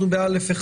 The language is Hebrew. אנחנו ב-(א1),